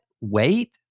Wait